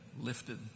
lifted